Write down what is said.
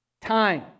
time